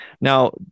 Now